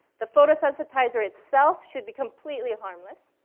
the photosensitizer itself should be completely harmless.